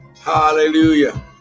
Hallelujah